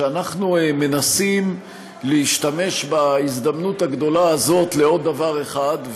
שאנחנו מנסים להשתמש בהזדמנות הגדולה הזאת לעוד דבר אחד,